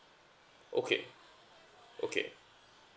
okay okay